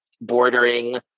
bordering